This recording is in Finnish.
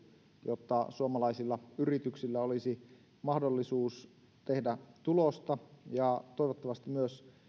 jotta suomalaisilla yrityksillä olisi mahdollisuus tehdä tulosta ja toivottavasti myös